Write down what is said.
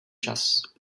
čas